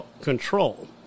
control